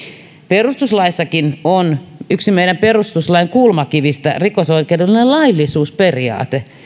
perustuslaissakin on yksi meidän perustuslain kulmakivistä rikosoikeudellinen laillisuusperiaate